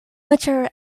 mature